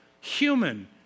human